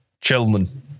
children